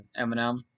Eminem